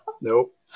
Nope